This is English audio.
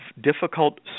difficult